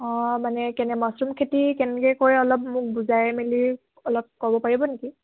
অঁ মানে কেনে মাশ্ৰুম খেতি কেনেকৈ কৰে অলপ মোক বুজাই মেলি অলপ ক'ব পাৰিব নেকি